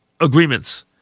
agreements